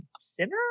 sinner